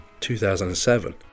2007